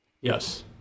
Yes